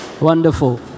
Wonderful